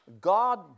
God